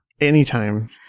Anytime